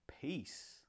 Peace